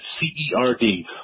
C-E-R-D